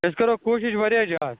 أسۍ کَرو کوٗشِش واریاہ زیادٕ